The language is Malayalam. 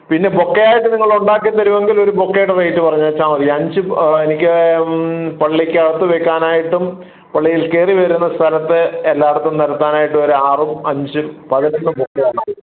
പിന്നെ ബൊക്കയായിട്ട് നിങ്ങൾ ഉണ്ടാക്കി തരുമെങ്കിൽ ഒരു ബൊക്കയുടെ റേറ്റ് പറഞ്ഞേച്ചാ മതി അഞ്ച് എനിക്ക് പള്ളിക്ക് അകത്ത് വെയ്ക്കാനായിട്ടും പള്ളിയിൽ കയറിവരുന്ന സ്ഥലത്ത് എല്ലായിടത്തും നിരത്താനായിട്ടും ഒരു ആറും അഞ്ചും പതിനെട്ട് ബൊക്കയാണ്